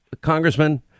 Congressman